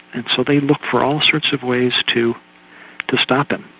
and so they look for all sorts of ways to to stop him.